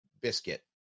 Biscuit